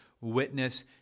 witness